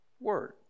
Word